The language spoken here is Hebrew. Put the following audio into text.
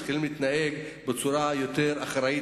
והם מתחילים להתנהג בצורה יותר אחראית,